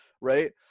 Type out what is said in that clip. right